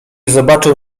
zobaczył